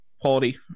quality